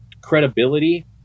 credibility